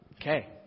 Okay